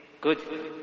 Good